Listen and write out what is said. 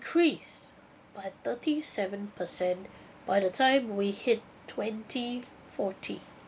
increase by thirty seven percent by the time we hit twenty fourteen